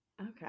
Okay